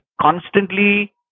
constantly